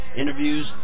interviews